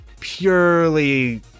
purely